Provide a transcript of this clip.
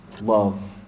Love